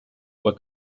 were